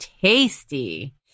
tasty